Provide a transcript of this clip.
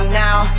now